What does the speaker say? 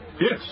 Yes